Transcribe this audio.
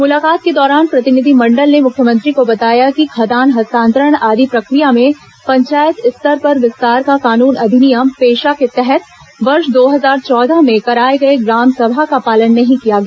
मुलाकात के दौरान प्रतिनिधि मंडल ने मुख्यमंत्री को बताया कि खदान हस्तानांतरण आदि प्रक्रिया में पंचायत स्तर पर विस्तार का कानून अधिनियम पेशा के तहत वर्ष दो हजार चौदह में कराए गए ग्राम सभा का पालन नहीं किया गया